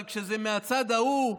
אבל כשזה מהצד ההוא,